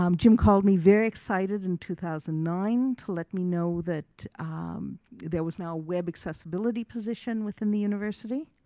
um jim called me very excited in two thousand and nine to let me know that there was now a web accessibility position within the university,